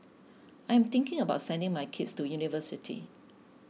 I am thinking about sending my kids to university